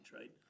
right